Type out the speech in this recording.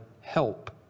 help